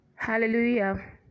hallelujah